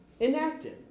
enacted